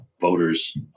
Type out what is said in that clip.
voters